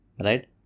right